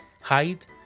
hide